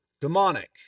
demonic